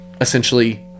essentially